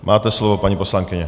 Máte slovo, paní poslankyně.